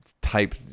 type